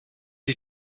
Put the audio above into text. ich